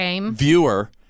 viewer